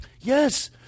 Yes